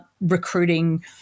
recruiting